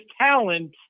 talent